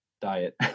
diet